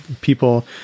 people